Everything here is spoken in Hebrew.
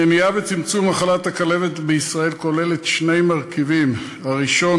מניעה וצמצום של מחלת הכלבת בישראל כוללת שני מרכיבים: הראשון,